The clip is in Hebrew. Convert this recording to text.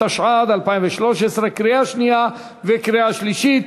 התשע"ד 2013, לקריאה שנייה וקריאה שלישית,